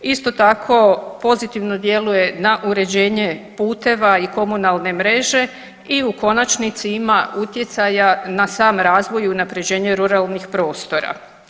Isto tako pozitivno djeluje na uređenje puteva i komunalne mreže i u konačnici ima utjecaja na sam razvoj i unapređenje ruralnih prostora.